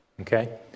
Okay